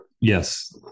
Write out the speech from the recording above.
Yes